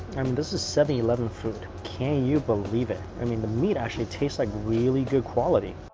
um this is seven eleven food. can you believe it? i mean the meat actually tastes like really good quality!